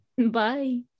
Bye